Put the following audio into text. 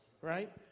right